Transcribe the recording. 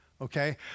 Okay